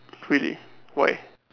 really why